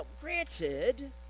granted